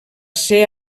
ser